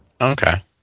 Okay